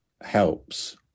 helps